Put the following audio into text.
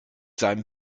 seinem